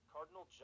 Cardinal